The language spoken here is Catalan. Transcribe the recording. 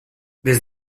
des